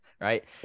right